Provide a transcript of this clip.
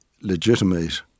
legitimate